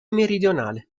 meridionale